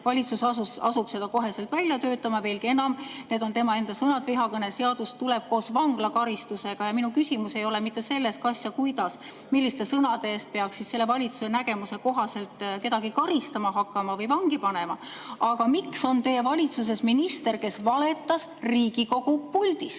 valitsus asub seda kohe välja töötama. Veelgi enam, ja need on tema enda sõnad: vihakõneseadus tuleb koos vanglakaristusega. Minu küsimus ei ole mitte selles, kas ja kuidas või milliste sõnade eest peaks selle valitsuse nägemuse kohaselt kedagi karistama hakkama või vangi panema, vaid selles, miks on teie valitsuses minister, kes valetas Riigikogu puldist.